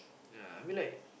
ya I mean like